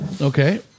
Okay